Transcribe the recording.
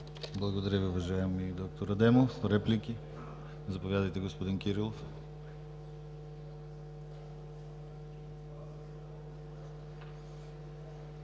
Благодаря Ви, уважаеми господин Хамид. Реплики? Заповядайте, господин Кирилов.